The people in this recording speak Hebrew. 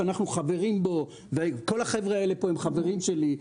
שאנחנו חברים בו וכל החבר'ה פה הם חברים שלי,